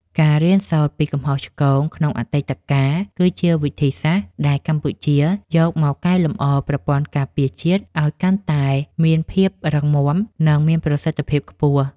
ការរៀនសូត្រពីកំហុសឆ្គងក្នុងអតីតកាល គឺជាវិធីសាស្ត្រដែលកម្ពុជាយកមកកែលម្អប្រព័ន្ធការពារជាតិ ឱ្យកាន់តែមានភាពរឹងមាំ និងមានប្រសិទ្ធភាពខ្ពស់។